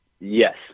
Yes